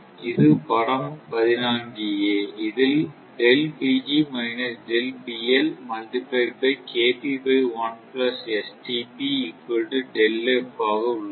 இது படம் 14 a இதில் உள்ளது